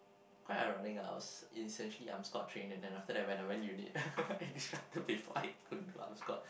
quite ironic lah I was essentially I'm squad trained and then after that when I went unit I disrupted before I could go out with a squad